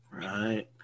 Right